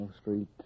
Street